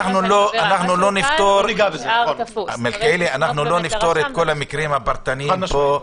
מלכיאלי, לא נפתור את כל המקרים הפרטניים פה.